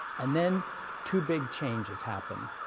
and then two big changes happened.